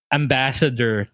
ambassador